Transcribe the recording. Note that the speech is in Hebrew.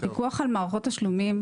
הפיקוח על מערכות תשלומים,